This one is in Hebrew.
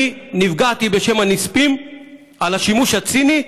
אני נפגעתי בשם הנספים מהשימוש הציני,